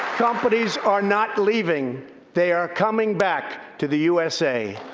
companies are not leaving they are coming back to the usa.